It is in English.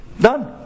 Done